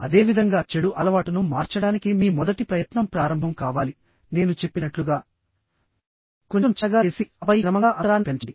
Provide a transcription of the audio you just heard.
అదేవిధంగా చెడు అలవాటును మార్చడానికి మీ మొదటి ప్రయత్నం ప్రారంభం కావాలి నేను చెప్పినట్లుగా కొంచెం చిన్నగా చేసి ఆపై క్రమంగా అంతరాన్ని పెంచండి